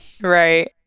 Right